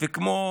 וכמו